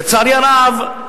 לצערי הרב,